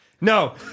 No